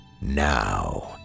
Now